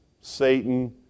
Satan